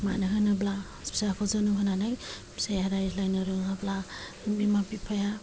मानो होनोब्ला फिसाखौ जोनोम होनानै फिसाया रायज्लायनो रोङाब्ला बिमा बिफाया